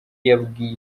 yabwiye